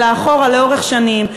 אלא אחורה לאורך שנים,